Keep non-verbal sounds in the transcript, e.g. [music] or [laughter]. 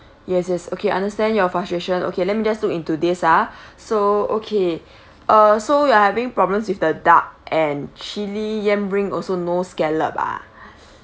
[breath] yours is okay I understand your frustration okay let me just look into this ah [breath] so okay [breath] uh so you are having problems with the duck and chili yam ring also no scallop ah [breath]